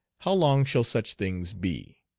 how long shall such things be?